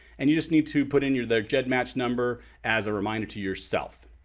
and you just need to put in your there gedmatch number as a reminder to yourself.